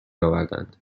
آوردند